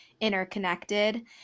interconnected